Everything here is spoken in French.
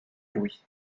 louis